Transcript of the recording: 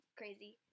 crazy